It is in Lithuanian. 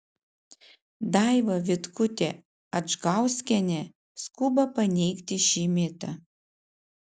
daiva vitkutė adžgauskienė skuba paneigti šį mitą